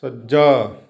ਸੱਜਾ